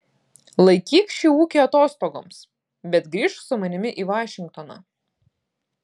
laikyk šį ūkį atostogoms bet grįžk su manimi į vašingtoną